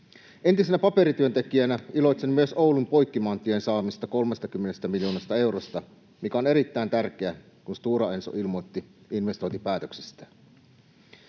Entisenä paperityöntekijänä iloitsen myös Oulun Poikkimaantien saamasta 30 miljoonasta eurosta, mikä on erittäin tärkeää, kun Stora Enso ilmoitti investointipäätöksistään.